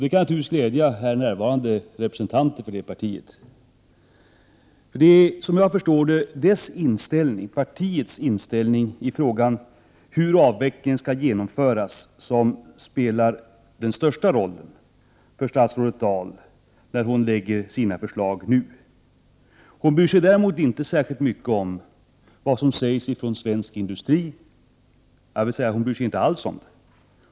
Det kan naturligtvis glädja här närvarande representanter för 23 maj 1989 det partiet. Såvitt jag förstår är det miljöpartiets inställning i frågan hur avvecklingen skall genomföras som spelar den största rollen för statsrådet Dahl när hon lägger fram sina förslag. Hon bryr sig däremot inte alls om vad som sägs från svensk industri.